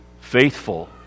faithful